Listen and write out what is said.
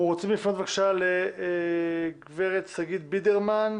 אנחנו רוצים לפנות, בבקשה, לגב' שגית בידרמן,